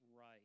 right